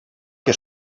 que